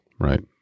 Right